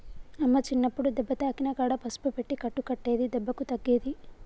అమ్మ చిన్నప్పుడు దెబ్బ తాకిన కాడ పసుపు పెట్టి కట్టు కట్టేది దెబ్బకు తగ్గేది